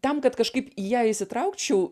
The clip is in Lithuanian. tam kad kažkaip į ją įsitraukčiau